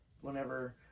whenever